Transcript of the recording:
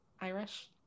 Irish